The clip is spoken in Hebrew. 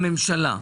הממשלה,